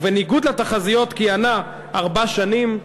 ובניגוד לתחזיות כיהנה ארבע שנים,